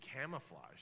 camouflaged